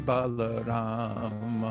Balaram